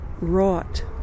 wrought